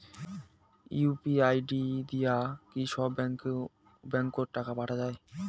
UPI দিয়া কি সব ব্যাংক ওত টাকা পাঠা যায়?